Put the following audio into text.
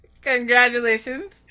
Congratulations